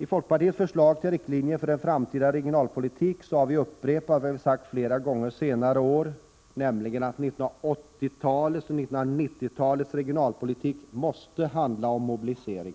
I folkpartiets förslag till riktlinjer för en framtida regionalpolitik har vi upprepat det vi har sagt flera gånger under senare år, nämligen att 1980-talets och 1990-talets regionalpolitik måste handla om mobilisering.